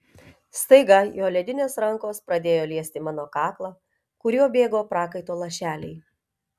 staiga jo ledinės rankos pradėjo liesti mano kaklą kuriuo bėgo prakaito lašeliai